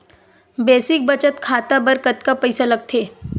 Basic बचत खाता बर कतका पईसा लगथे?